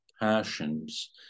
passions